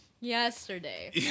yesterday